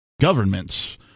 Governments